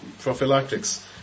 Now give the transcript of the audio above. prophylactics